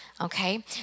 okay